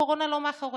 הקורונה לא מאחורינו,